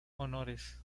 honores